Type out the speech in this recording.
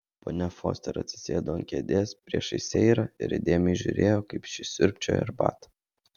ponia foster atsisėdo ant kėdės priešais seirą ir įdėmiai žiūrėjo kaip ši siurbčioja arbatą